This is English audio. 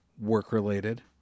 work-related